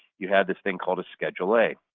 you have this thing called a schedule a.